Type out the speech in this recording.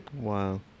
Wow